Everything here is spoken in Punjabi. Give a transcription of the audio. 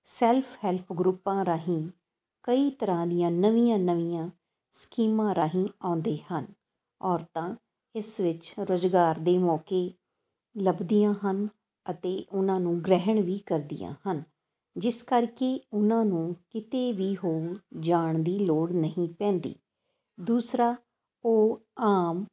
ਸੈਲਫ ਹੈਲਪ ਗਰੁੱਪਾਂ ਰਾਹੀਂ ਕਈ ਤਰ੍ਹਾਂ ਦੀਆਂ ਨਵੀਆਂ ਨਵੀਆਂ ਸਕੀਮਾਂ ਰਾਹੀਂ ਆਉਂਦੇ ਹਨ ਔਰਤਾਂ ਇਸ ਵਿੱਚ ਰੁਜ਼ਗਾਰ ਦੇ ਮੌਕੇ ਲੱਭਦੀਆਂ ਹਨ ਅਤੇ ਉਹਨਾਂ ਨੂੰ ਗ੍ਰਹਿਣ ਵੀ ਕਰਦੀਆਂ ਹਨ ਜਿਸ ਕਰਕੇ ਉਹਨਾਂ ਨੂੰ ਕਿਤੇ ਵੀ ਹੋਰ ਜਾਣ ਦੀ ਲੋੜ ਨਹੀਂ ਪੈਂਦੀ ਦੂਸਰਾ ਉਹ ਆਮ